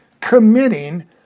committing